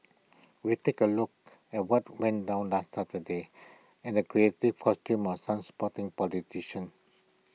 we take A look at what went down last Saturday and the creative costumes of some sporting politicians